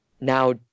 now